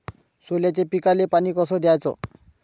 सोल्याच्या पिकाले पानी कस द्याचं?